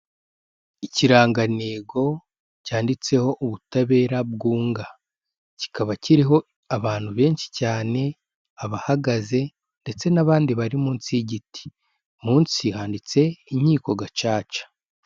Ikirangantego cyanditseho ubutabera bwunga. Kikaba kiriho abantu benshi cyane, abahagaze ndetse n'abandi bari munsi y'igiti. Munsi handitse inkiko gacaca.